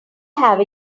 have